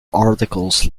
articles